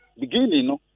Beginning